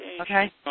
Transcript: Okay